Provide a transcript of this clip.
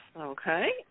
okay